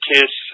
Kiss